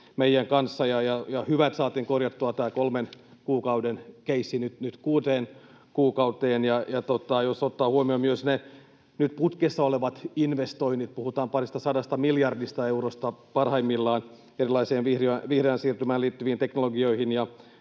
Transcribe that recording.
meidän kanssa. Hyvä, että saatiin korjattua tämä kolmen kuukauden keissi nyt kuuteen kuukauteen. Ja jos ottaa huomioon myös ne nyt putkessa olevat investoinnit — puhutaan paristasadasta miljardista eurosta parhaimmillaan erilaisiin vihreään siirtymään liittyviin teknologioihin